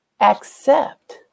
accept